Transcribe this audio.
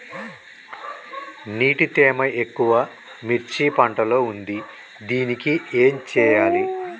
నీటి తేమ ఎక్కువ మిర్చి పంట లో ఉంది దీనికి ఏం చేయాలి?